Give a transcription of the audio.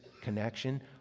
connection